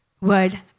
word